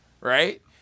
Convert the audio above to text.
right